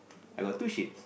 I got two shades